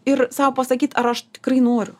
ir sau pasakyt ar aš tikrai noriu